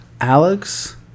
Alex